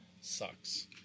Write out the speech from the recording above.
sucks